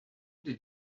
did